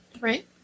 Right